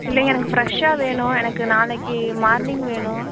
இல்லைங்க எனக்கு ஃப்ரஷ்ஷாக வேணும் எனக்கு நாளைக்கு மார்னிங் வேணும்